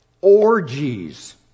orgies